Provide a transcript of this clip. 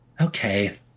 Okay